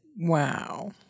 Wow